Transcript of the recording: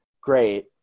great